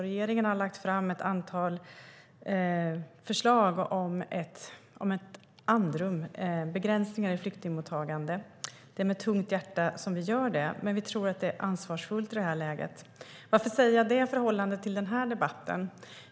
Regeringen har lagt fram ett antal förslag om ett andrum, om begränsningar av flyktingmottagandet. Det är med tungt hjärta som vi gör det, men vi tror att det är ansvarsfullt i det här läget. Varför säger jag det i förhållande till den här debatten?